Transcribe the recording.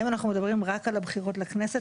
האם אנחנו מדברים רק על הבחירות לכנסת,